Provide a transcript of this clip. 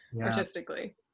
artistically